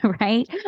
right